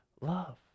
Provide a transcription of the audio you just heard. love